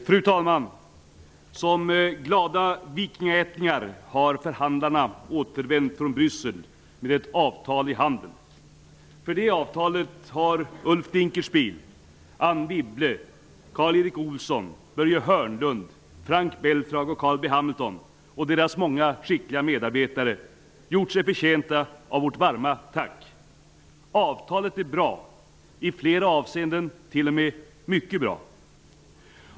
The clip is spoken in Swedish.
Fru talman! Som glada vikingaättlingar har förhandlarna återvänt från Bryssel med ett avtal i handen. För det avtalet har Ulf Dinkelspiel, Anne Belfrage, Carl B Hamilton och deras många skickliga medarbetare gjort sig förtjänta av vårt varma tack. Avtalet är bra. I flera avseenden är det t.o.m. mycket bra.